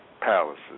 palaces